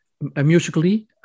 musically